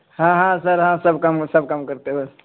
ہاں ہاں سر ہاں سب کم سب کم کرتے ہوئے